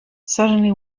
suddenly